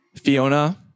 Fiona